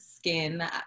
skin